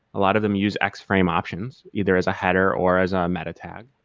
a lot of them use x-frame options either as a header or as ah a meta-tag.